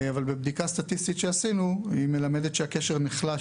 אבל בדיקה סטטיסטית שעשינו מלמדת שהקשר קצת נחלש